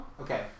Okay